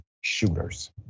shooters